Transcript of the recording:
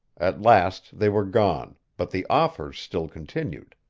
at last they were gone, but the offers still continued.